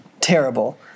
terrible